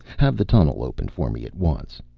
have the tunnel opened for me at once.